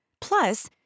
Plus